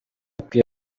ikwiye